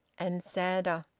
and sadder.